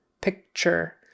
Picture